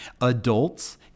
Adults